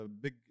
big